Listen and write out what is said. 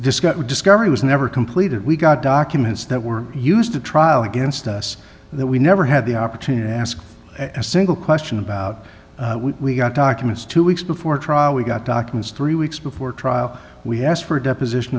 discovery discovery was never completed we got documents that were used to trial against us that we never had the opportunity to ask a single question about we got documents two weeks before trial we got documents three weeks before trial we asked for a deposition